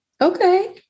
Okay